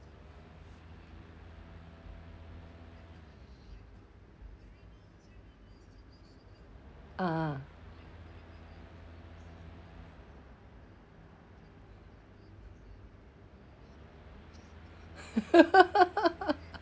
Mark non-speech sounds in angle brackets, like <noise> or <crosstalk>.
uh <laughs>